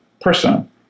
person